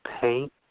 paint